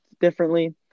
differently